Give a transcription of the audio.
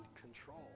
control